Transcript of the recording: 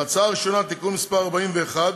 בהצעה הראשונה, תיקון מס' 41,